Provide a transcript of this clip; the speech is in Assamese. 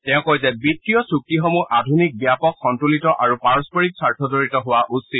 তেওঁ কয় যে বিত্তীয় চুক্তিসমূহ আধুনিক ব্যাপক সম্ভলিত আৰু পাৰস্পৰিক স্বাৰ্থজড়িত হোৱা উচিত